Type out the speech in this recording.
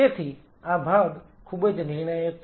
તેથી આ ભાગ ખૂબ જ નિર્ણાયક છે